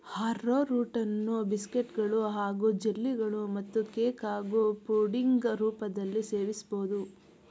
ಆರ್ರೋರೂಟನ್ನು ಬಿಸ್ಕೆಟ್ಗಳು ಹಾಗೂ ಜೆಲ್ಲಿಗಳು ಮತ್ತು ಕೇಕ್ ಹಾಗೂ ಪುಡಿಂಗ್ ರೂಪದಲ್ಲೀ ಸೇವಿಸ್ಬೋದು